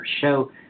show